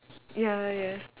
ya yes